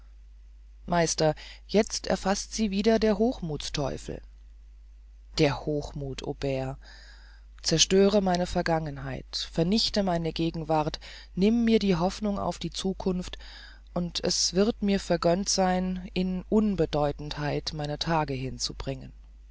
meister jetzt erfaßt sie wieder der hochmuthsteufel der hochmuth aubert zerstöre meine vergangenheit vernichte meine gegenwart nimm mir die hoffnung auf meine zukunft und es wird mir vergönnt sein in unbedeutendheit meine tage hinzubringen